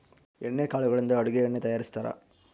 ಎಣ್ಣೆ ಕಾಳುಗಳಿಂದ ಅಡುಗೆ ಎಣ್ಣೆ ತಯಾರಿಸ್ತಾರಾ